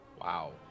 wow